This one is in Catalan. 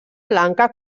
blanca